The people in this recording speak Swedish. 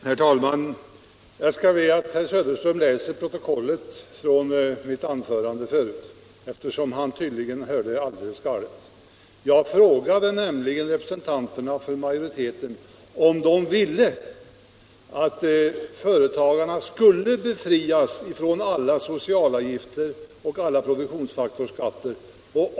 Herr talman! Jag skall be herr Söderström att läsa protokollet med mitt tidigare anförande, eftersom han tydligen hörde alldeles galet. Jag frågade nämligen representanterna för majoriteten om de ville att egenföretagarna skulle befrias från alla socialavgifter och alla produktionsfaktorsskatter.